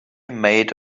made